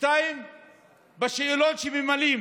בשאלון שממלאים